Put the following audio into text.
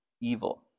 evil